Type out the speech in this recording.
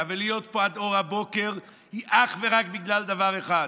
ולהיות פה עד אור הבוקר היא אך ורק בגלל דבר אחד: